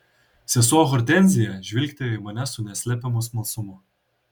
sesuo hortenzija žvilgtelėjo į mane su neslepiamu smalsumu